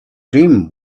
dream